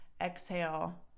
exhale